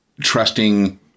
trusting